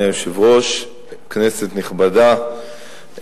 כנסת נכבדה,